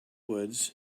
woods